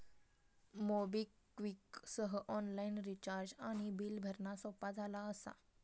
MobiKwik सह online recharge आणि bill भरणा सोपा झाला असा